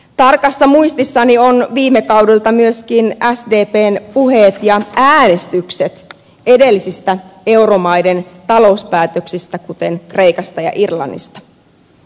tarkassa muistissani ovat viime kaudelta myöskin sdpn puheet ja äänestykset edellisistä euromaiden talouspäätöksistä kuten kreikasta ja irlannista